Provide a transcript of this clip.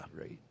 right